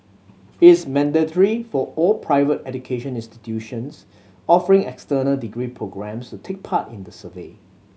is mandatory for all private education institutions offering external degree programmes to take part in the survey